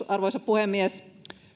arvoisa puhemies